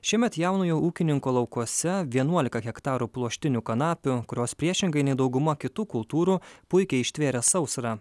šiemet jaunojo ūkininko laukuose vienuolika hektarų pluoštinių kanapių kurios priešingai nei dauguma kitų kultūrų puikiai ištvėrė sausrą